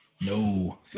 No